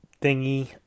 thingy